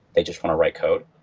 they just want to write code.